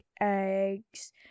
eggs